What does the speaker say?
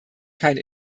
keine